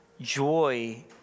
joy